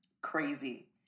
crazy